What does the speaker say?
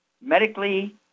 medically